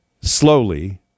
slowly